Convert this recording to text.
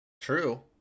True